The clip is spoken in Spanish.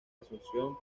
asunción